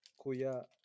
Kuya